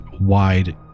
wide